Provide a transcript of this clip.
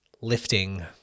lifting